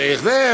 צריך זה,